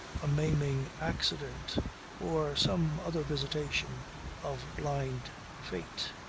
a maiming accident or some other visitation of blind fate.